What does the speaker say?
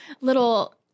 little